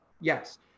Yes